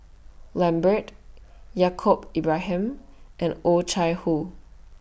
Lambert Yaacob Ibrahim and Oh Chai Hoo